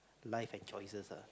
life and choices lah